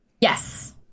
Yes